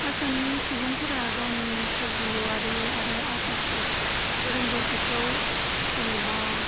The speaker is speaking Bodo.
आसामनि सुबुंफोरा गावनि सोर्जिलुवारि आरो आर्टिस्टटिक रोंगौथिखौ जेनेबा